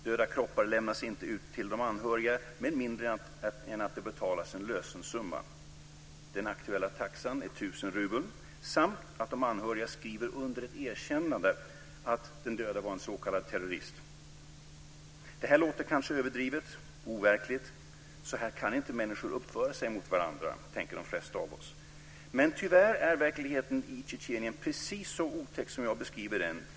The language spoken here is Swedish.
Döda kroppar lämnas inte ut till de anhöriga med mindre än att det betalas en lösensumma - den aktuella taxan är 1 000 rubel - samt att de anhöriga skriver under ett erkännande av att den döde var en s.k. terrorist. Detta låter kanske överdrivet och overkligt. Så här kan människor inte uppföra sig mot varandra, tänker de flesta av oss. Men tyvärr är verkligheten i Tjetjenien precis så otäck som jag beskriver den.